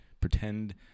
pretend